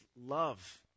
love